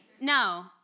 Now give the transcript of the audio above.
No